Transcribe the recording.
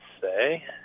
say